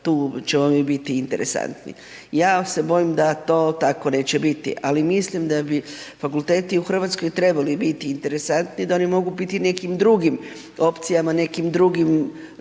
tu ćemo mi biti interesantni. Ja se bojim da to tako neće biti ali mislim da bi fakulteti u Hrvatskoj trebali biti interesantni i da oni mogu biti u nekim drugim opcijama, u nekim drugim,